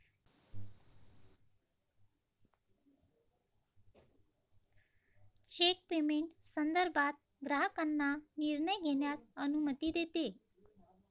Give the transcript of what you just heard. check payment संदर्भात ग्राहकांना निर्णय घेण्यास अनुमती देते